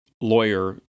lawyer